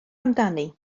amdani